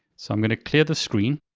so i'm going to clear the screen,